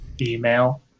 email